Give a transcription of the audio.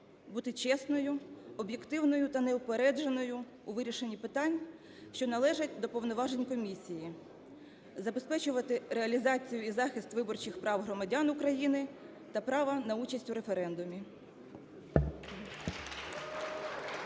бути чесним, об'єктивним та неупередженим у вирішенні питань, що належать до повноважень комісії, забезпечувати реалізацію і захист виборчих прав громадян України та права на участь у референдумі.